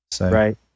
Right